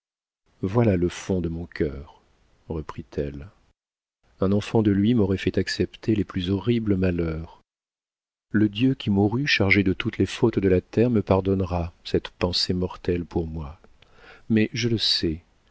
voilà le fond de mon cœur reprit-elle un enfant de lui m'aurait fait accepter les plus horribles malheurs le dieu qui mourut chargé de toutes les fautes de la terre me pardonnera cette pensée mortelle pour moi mais je le sais